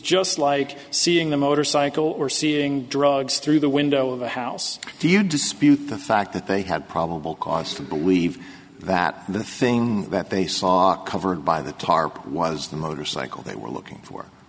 just like seeing the motorcycle or seeing drugs through the window of a house do you dispute the fact that they had probable cause to believe that the thing that they saw covered by the tarp was the motorcycle they were looking for